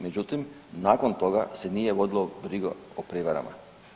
Međutim, nakon toga se nije vodilo briga o prijevarama.